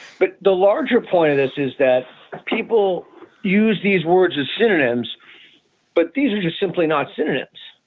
but, the larger point of this is that people use these words as synonyms but these are just simply not synonyms.